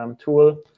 tool